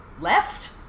left